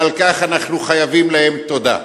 ועל כך אנחנו חייבים להם תודה.